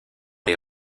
les